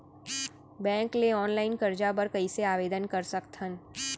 Bank ले online करजा बर कइसे आवेदन कर सकथन?